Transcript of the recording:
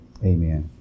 Amen